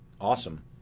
awesome